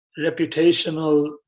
reputational